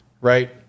right